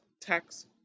tax